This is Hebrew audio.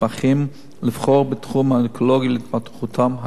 לבחור בתחום האונקולוגי להתמחותם הקלינית.